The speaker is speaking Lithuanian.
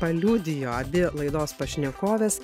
paliudijo abi laidos pašnekovės